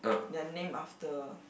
they are named after